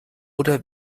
oder